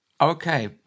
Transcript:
Okay